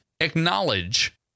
acknowledge